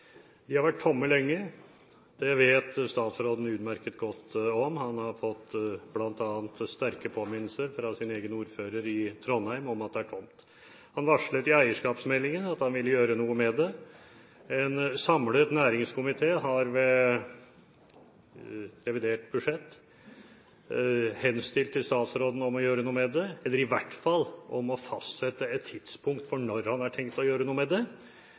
de forskjellige universitetsbyene. De har vært tomme lenge. Det vet statsråden utmerket godt om. Han har bl.a. fått sterke påminnelser fra sin egen ordfører i Trondheim om at det er tomt. Han varslet i eierskapsmeldingen at han ville gjøre noe med det. En samlet næringskomité har i revidert budsjett henstilt til statsråden å gjøre noe med det, eller i hvert fall å fastsette et tidspunkt for når han har tenkt å gjøre noe med det.